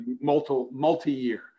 multi-year